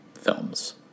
films